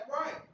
right